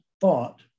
thought